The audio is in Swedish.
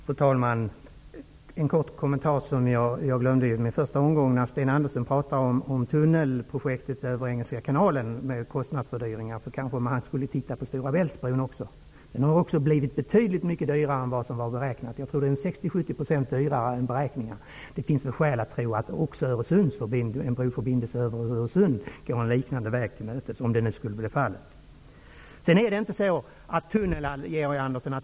Fru talman! Jag vill göra en kortfattad kommentar som jag glömde i mitt förra inlägg. Sten Andersson i Malmö talade om kostnadsfördyringar i samband med projektet med en tunnel över engelska kanalen. I det sammanhanget bör man också titta på bron över Store Bælt. Den har blivit betydligt dyrare än vad man beräknade. Jag tror att det rör sig om 60--70 % mer än i beräkningarna. Det finns skäl att tro att även en bro över Öresund skulle drabbas av en liknande utveckling.